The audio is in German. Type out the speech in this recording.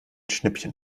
schnippchen